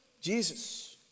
Jesus